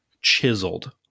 chiseled